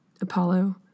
Apollo